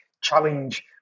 challenge